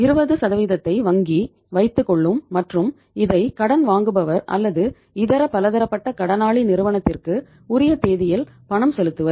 20ஐ வங்கி வைத்துக்கொள்ளும் மற்றும் இதை கடன் வாங்குபவர் அல்லது இதர பலதரப்பட்ட கடனாளி நிறுவனத்திற்கு உரிய தேதியில் பணம் செலுத்துவர்